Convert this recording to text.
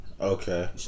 Okay